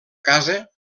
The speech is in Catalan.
casa